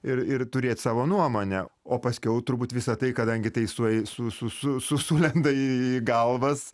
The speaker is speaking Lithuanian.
ir ir turėt savo nuomonę o paskiau turbūt visa tai kadangi tai suei su su su su sulenda į galvas